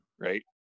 Right